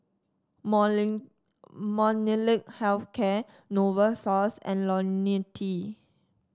Molnylcke Health Care Novosource and IoniL T